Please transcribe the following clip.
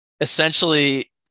essentially